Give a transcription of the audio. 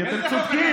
כי אתם צודקים,